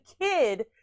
kid